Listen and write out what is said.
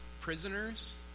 prisoners